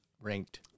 ranked